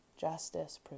justice